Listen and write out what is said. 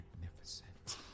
magnificent